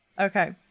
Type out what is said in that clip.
Okay